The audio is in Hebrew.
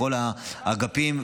בכל האגפים.